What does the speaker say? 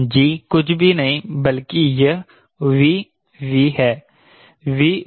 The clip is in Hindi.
G कुछ भी नहीं बल्कि यह Vv है